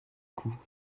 coûts